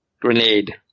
Grenade